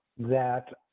that